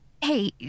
Hey